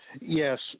Yes